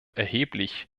erheblich